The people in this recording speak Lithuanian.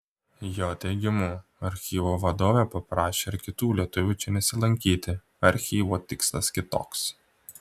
jo teigimu archyvo vadovė paprašė ir kitų lietuvių čia nesilankyti archyvo tikslas kitoks